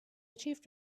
achieved